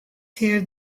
tear